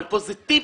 אבל פוזיטיבית,